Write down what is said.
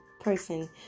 person